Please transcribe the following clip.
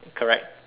correct